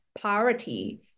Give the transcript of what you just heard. priority